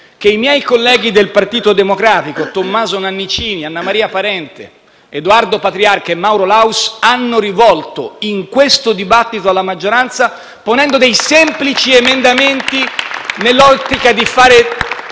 che i miei colleghi del Partito Democratico, Tommaso Nannicini, Annamaria Parente, Edoardo Patriarca e Mauro Laus, hanno rivolto in questo dibattito alla maggioranza *(Applausi dal Gruppo PD)*, ponendo dei semplici emendamenti, nell'ottica di fare